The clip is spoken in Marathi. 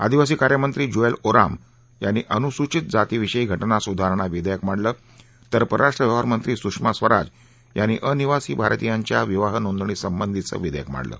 आदिवासी कार्यमंत्री ज्यूएल ओराम यांनी अनुसुचित जाती विषयी घ ज्ञा सुधारणा विधेयक मांडलं तर परराष्ट्र व्यवहारमंत्री सुषमा स्वराज यांनी अनिवासी भारतीयांच्या विवाह नोंदणी संबधीच विधेयक मांडलं